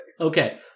Okay